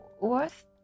worth